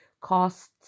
costs